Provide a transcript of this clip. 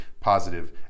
positive